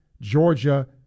Georgia